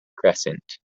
crescent